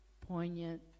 poignant